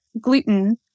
gluten